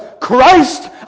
Christ